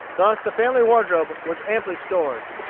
thus the family wardrobe was amply stored.